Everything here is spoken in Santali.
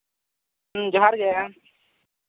ᱡᱚᱦᱟᱨ ᱜᱮ ᱟᱢ